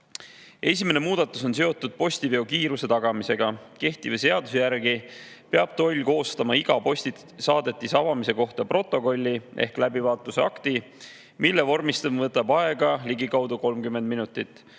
muudatus on seotud postiveo kiiruse tagamisega. Kehtiva seaduse järgi peab toll koostama iga postisaadetise avamise kohta protokolli ehk läbivaatuse akti, mille vormistamine võtab aega ligikaudu 30 minutit.